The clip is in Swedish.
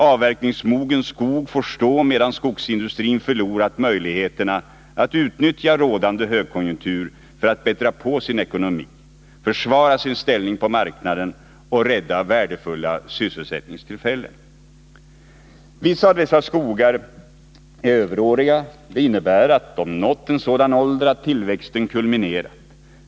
Avverkningsmogen skog får stå medan skogsindustrin förlorat möjligheterna att utnyttja rådande högkonjunktur för att bättra på sin ekonomi, försvara sin ställning på marknaden och rädda värdefulla sysselsättningstillfällen. Vissa av dessa skogar är överåriga. Det innebär att de nått en sådan ålder att tillväxten kulminerat.